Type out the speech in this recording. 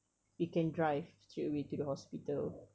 we can drive straightaway to the hospital